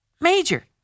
Major